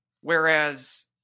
Whereas –